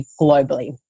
globally